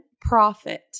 profit